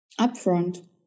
upfront